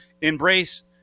embrace